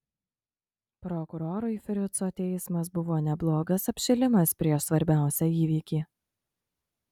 prokurorui frico teismas buvo neblogas apšilimas prieš svarbiausią įvykį